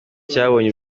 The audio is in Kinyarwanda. cyabonye